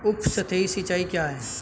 उपसतही सिंचाई क्या है?